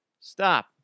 Stop